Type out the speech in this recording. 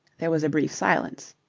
there was a brief silence.